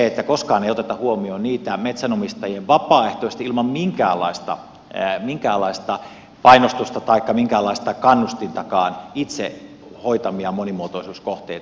myöskään koskaan ei oteta huomioon niitä metsänomistajien vapaaehtoisesti ilman minkäänlaista painostusta taikka minkäänlaista kannustintakaan itse hoitamia monimuotoisuuskohteita